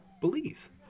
believe